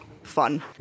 fun